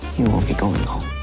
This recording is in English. you won't be going home.